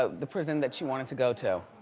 ah the prison that she wanted to go to.